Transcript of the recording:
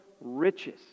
riches